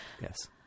Yes